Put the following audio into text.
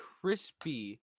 crispy